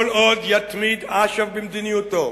כל עוד יתמיד אש"ף במדיניותו,